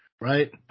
Right